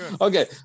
Okay